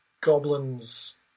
Goblin's